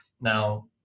Now